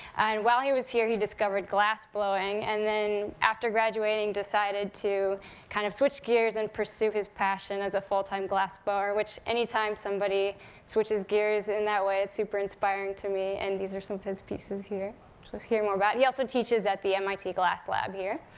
and while he was here, he discovered glassblowing, and then after graduating, decided to kind of switch gears, and pursue his passion as a full-time glassblower, which anytime somebody switches gears in that way, it's super inspiring to me, and these are some of his pieces here. so let's hear more about, he also teaches at the mit glass lab here.